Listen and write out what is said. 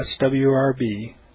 swrb